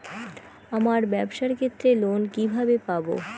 আমার ব্যবসার ক্ষেত্রে লোন কিভাবে পাব?